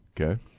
okay